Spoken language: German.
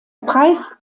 preis